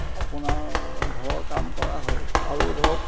আপোনাৰ ঘৰৰ কাম কৰা হয় আৰু ধৰক